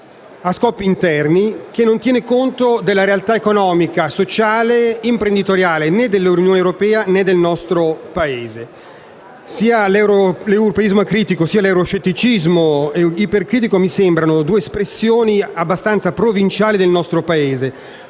a scopi interni, che non tengono conto della realtà economica, sociale e imprenditoriale, né dell'Unione europea, né del nostro Paese. Sia l'europeismo acritico che l'euroscetticismo ipercritico mi sembrano due espressioni provinciali del nostro Paese,